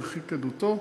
ירחיק עדותו.